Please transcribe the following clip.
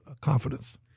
confidence